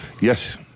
Yes